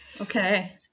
okay